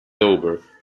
dover